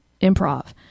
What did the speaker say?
improv